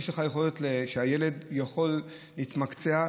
יש לך יכולת שהילד יוכל להתמקצע,